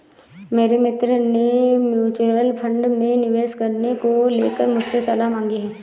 मेरे मित्र ने म्यूच्यूअल फंड में निवेश करने को लेकर मुझसे सलाह मांगी है